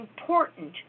important